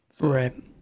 Right